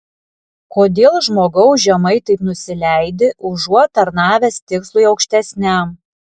kodėl žmogau žemai taip nusileidi užuot tarnavęs tikslui aukštesniam